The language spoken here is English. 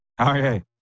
Okay